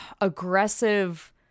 aggressive